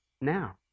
now